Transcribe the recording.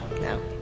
No